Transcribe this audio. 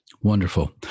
Wonderful